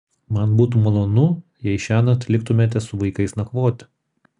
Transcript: man būtų malonu jei šiąnakt liktumėte su vaikais nakvoti